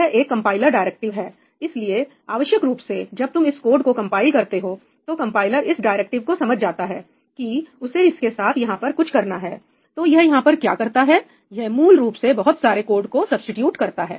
यह एक compiler directive है इसलिए आवश्यक रूप से जब तुम इस कोड को कंपाइल करते हो तो कंपाइलर इस डायरेक्टिव को समझ जाता है कि उसे इसके साथ यहां पर कुछ करना है तो यह यहां पर क्या करता है यह मूल रूप से बहुत सारे कोड को सब्सीट्यूट करता है